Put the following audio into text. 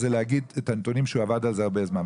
זה להגיד את הנתונים שהוא עבד על זה הרבה זמן.